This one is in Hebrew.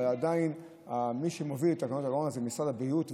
אבל עדיין מי שמביא את תקנות הקורונה זה משרד הבריאות,